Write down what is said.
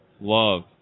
love